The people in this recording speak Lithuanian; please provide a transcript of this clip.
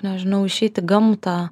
nežinau išeit į gamtą